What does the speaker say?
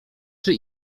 czy